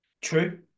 True